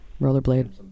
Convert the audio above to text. Rollerblade